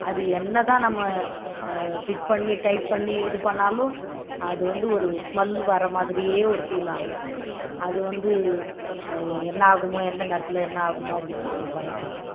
அது என்ன தான் நம்ம ஃபிட் பண்ணி டைட் பண்ணி இது பண்ணாலும் அது வந்து ஒரு ஸ்மெல் வர மாதிரியே ஒரு ஃபீல் ஆகும் அது வந்து என்ன ஆகுமோ எந்த நேரத்தில் என்ன ஆகுமோ அப்படின்ற ஒரு பயம் இருக்கும்